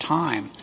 time